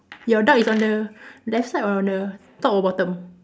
you duck is on the left side or on the top or bottom